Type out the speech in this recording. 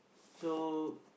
so